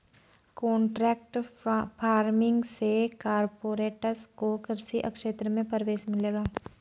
contract farming से corporates को कृषि क्षेत्र में प्रवेश मिलेगा